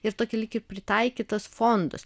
ir tokį lyg ir pritaikytas fondas